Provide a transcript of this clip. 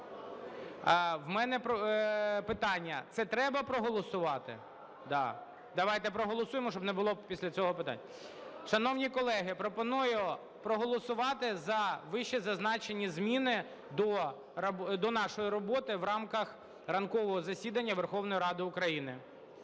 У мене питання: це треба проголосувати? Да. Давайте проголосуємо, щоб не було після цього питань. Шановні колеги, пропоную проголосувати за вищезазначені зміни до нашої роботи в рамках ранкового засідання Верховної Ради України.